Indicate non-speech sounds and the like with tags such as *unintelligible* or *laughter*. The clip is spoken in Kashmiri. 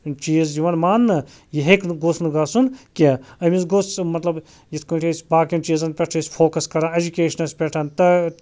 چیٖز یوان مانٛنہٕ یہِ ہیٚکہِ نہٕ گوٚژھ نہٕ گَژھُن کیٚنٛہہ أمِس گوٚژھ مَطلَب یِتھ کٲٹھۍ أسۍ باقیَن چیٖزَن پٮ۪ٹھ چھِ أسۍ فوکَس کران اٮ۪جُکیشنَس پٮ۪ٹھ *unintelligible*